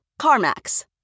CarMax